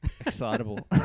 excitable